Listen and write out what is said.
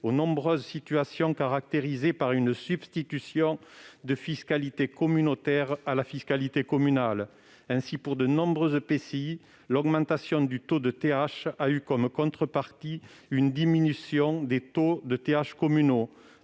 aux nombreuses situations caractérisées par une substitution de fiscalité communautaire à la fiscalité communale. Ainsi, pour de nombreux EPCI, l'augmentation du taux de taxe d'habitation a eu pour contrepartie une diminution des taux de taxe